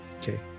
Okay